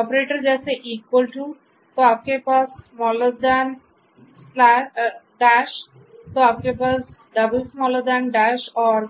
operator जैसे तो आपके पास तो आपके पास और